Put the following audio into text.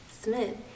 Smith